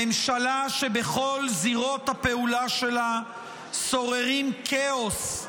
ממשלה שבכל זירות הפעולה שלה שוררים כאוס,